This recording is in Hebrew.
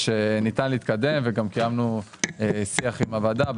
שניתן להתקדם וגם תיאמנו שיח עם הוועדה.